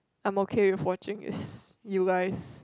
I'm okay with watching is you guys